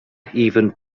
even